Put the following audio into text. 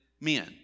men